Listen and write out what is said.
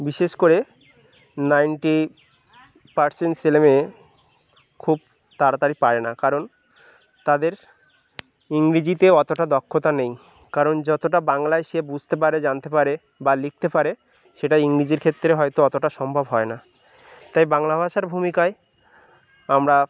বিশেষ করে ninety percent ছেলে মেয়ে খুব তাড়াতাড়ি পারে না কারণ তাদের ইংরেজিতে অতটা দক্ষতা নেই কারণ যতটা বাংলায় সে বুঝতে পারে জানতে পারে বা লিখতে পারে সেটা ইংরেজির ক্ষেত্রে হয়তো অতটা সম্ভব হয় না তাই বাংলা ভাষার ভূমিকায় আমরা